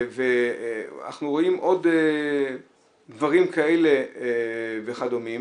אנחנו רואים עוד דברים כאלה ודומים,